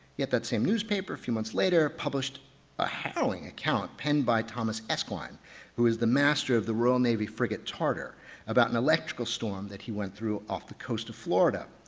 yet that same newspaper a few months later published a harrowing account penned by thomas erskine who is the master of the royal navy frigate tartar about an electrical storm that he went through off the coast of florida.